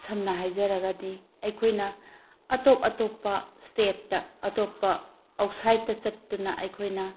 ꯁꯝꯅ ꯍꯥꯏꯖꯔꯒꯗꯤ ꯑꯩꯈꯣꯏꯅ ꯑꯇꯣꯞ ꯑꯇꯣꯞꯄ ꯏꯁꯇꯦꯠꯇ ꯑꯇꯣꯞꯄ ꯑꯥꯎꯠꯁꯥꯏꯠꯇ ꯆꯠꯇꯨꯅ ꯑꯩꯈꯣꯏꯅ